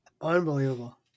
unbelievable